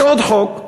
יש עוד חוק,